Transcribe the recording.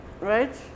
right